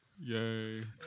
Yay